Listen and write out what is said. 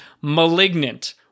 malignant